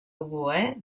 oboè